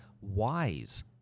wise